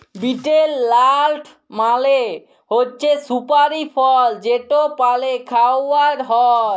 betel nut মালে হছে সুপারি ফল যেট পালে খাউয়া হ্যয়